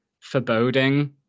foreboding